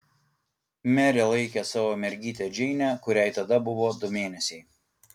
merė laikė savo mergytę džeinę kuriai tada buvo du mėnesiai